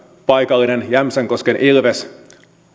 paikallinen jämsänkosken ilves